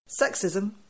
Sexism